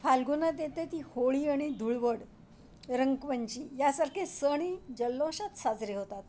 फाल्गुनात येते ती होळी आणि धुळवड रंगवंची यासारखे सण जल्लोषात साजरे होतात